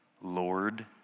Lord